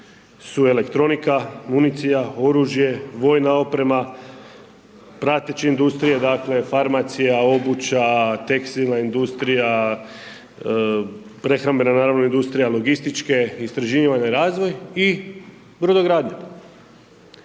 su elektronika, municija, oružje, vojna oprema, prateća industrija, dakle, farmacija, obuća, tekstilna industrija, prehrambena naravno industrija, logističke, istraživanja i razvoj i brodogradnja,